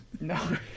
No